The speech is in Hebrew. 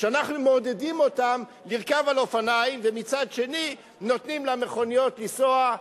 שאנחנו מעודדים לרכוב על אופניים ומצד שני נותנים למכוניות לנסוע?